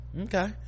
Okay